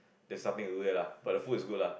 there's something to do there lah but the food is good lah